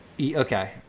Okay